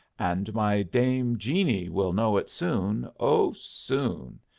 and my dame jeanie will know it soon, oh, soon!